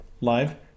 live